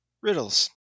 Riddles